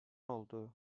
oldu